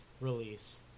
release